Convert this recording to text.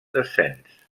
descens